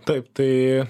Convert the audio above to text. taip tai